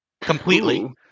Completely